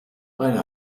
beide